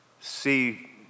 see